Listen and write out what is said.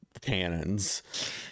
cannons